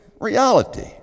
reality